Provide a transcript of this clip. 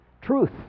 Truth